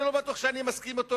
אני לא בטוח שאני מסכים אתו,